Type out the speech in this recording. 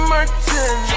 Martin